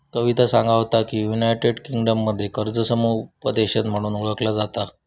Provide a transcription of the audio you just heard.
कविता सांगा होता की, युनायटेड किंगडममध्ये कर्ज समुपदेशन म्हणून ओळखला जाता